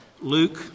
Luke